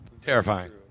Terrifying